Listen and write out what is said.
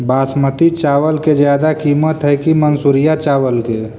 बासमती चावल के ज्यादा किमत है कि मनसुरिया चावल के?